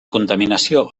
contaminació